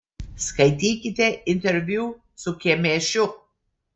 skaitykite interviu su kemėšiu